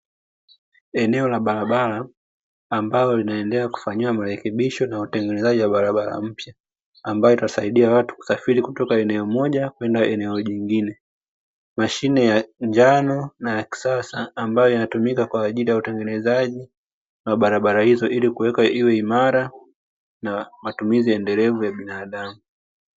Eneo la barabara ambalo linaendea kufanyiwa marekebisho na utengenezaji wa barabara mpya, ambayo itawasaidia watu kusafiri kutoka kwenye eneo moja kwenda eneo jingine. Mashine ya njano na ya kisasa ambayo inatumika kwa ajili ya utengenezaji wa barabara hizo ili kuweka iwe imara na matumizi endelevu ya binadamu.